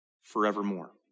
forevermore